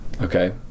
Okay